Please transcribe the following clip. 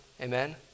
Amen